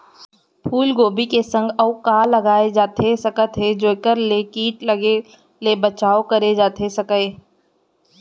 फूलगोभी के संग अऊ का लगाए जाथे सकत हे जेखर ले किट लगे ले बचाव करे जाथे सकय?